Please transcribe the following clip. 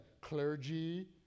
clergy